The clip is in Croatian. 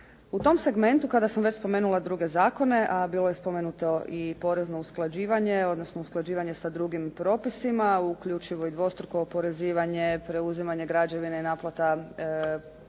U tom segmentu kada sam već spomenula druge zakone, a bilo je spomenuto porezno usklađivanje, odnosno usklađivanje sa drugim propisima, uključivo i dvostruko oporezivanje, preuzimanje građevine i naplata poreza